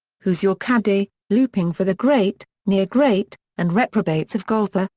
who's your caddy looping for the great, near great, and reprobates of golf. ah